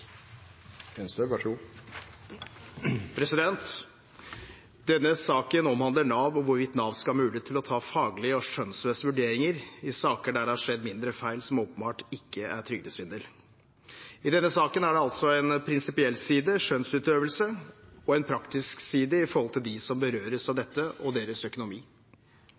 Denne saken omhandler Nav og hvorvidt Nav skal ha mulighet til å ta faglige og skjønnsmessige vurderinger i saker der det har skjedd mindre feil som åpenbart ikke er trygdesvindel. I denne saken er det altså en prinsipiell side, skjønnsutøvelse, og en praktisk side opp mot dem som berøres av dette, og deres økonomi.